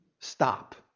stop